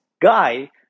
guy